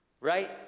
right